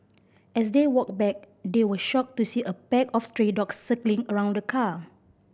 as they walked back they were shocked to see a pack of stray dogs circling around the car